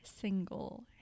single